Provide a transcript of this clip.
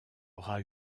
aura